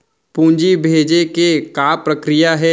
पूंजी भेजे के का प्रक्रिया हे?